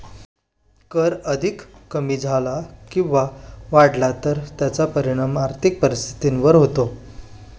कर अधिक कमी झाला किंवा वाढला तर त्याचा परिणाम आर्थिक परिस्थितीवर होतो